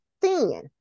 thin